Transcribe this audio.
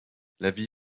l’avis